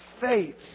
faith